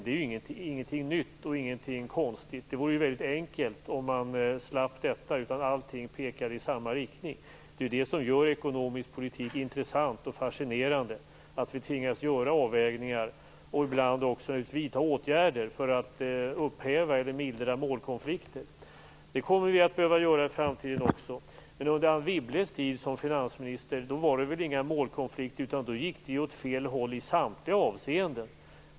Det är ingenting nytt och konstigt. Det vore väldigt enkelt om man slapp detta och om allting pekade i samma riktning. Det som gör ekonomisk politik intressant och fascinerande är att vi tvingas göra avvägningar och ibland också vidta åtgärder för att upphäva eller mildra målkonflikter. Det kommer vi att behöva göra i framtiden också. Men under Anne Wibbles tid som finansminister fanns det inga målkonflikter. Då gick det ju åt fel håll i samtliga avseenden.